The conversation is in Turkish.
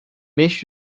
beş